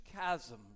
chasm